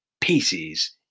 pieces